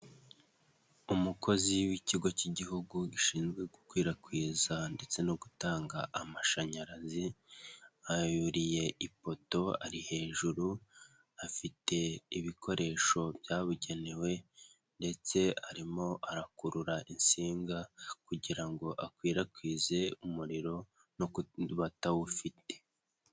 Umukozi w'ikigo cy'igihugu gishinzwe gukwirakwiza ndetse no gutanga amashanyarazi, yuriye ipoto, ari hejuru, afite ibikoresho byabugenewe ndetse arimo arakurura insinga kugira ngo akwirakwize umuriro no kubatawufite.